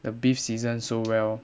the beef season so well